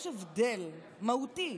יש הבדל מהותי